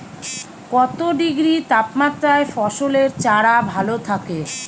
কত ডিগ্রি তাপমাত্রায় ফসলের চারা ভালো থাকে?